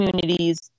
communities